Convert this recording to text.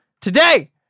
Today